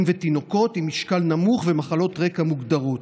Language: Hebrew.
ולתינוקות עם משקל נמוך ומחלות רקע מוגדרות.